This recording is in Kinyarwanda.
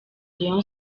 rayon